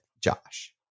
Josh